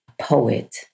poet